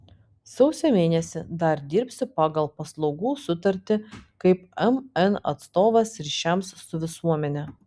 sausio mėnesį dar dirbsiu pagal paslaugų sutartį kaip mn atstovas ryšiams su visuomene